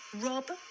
Rob